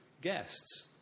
guests